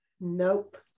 Nope